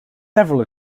several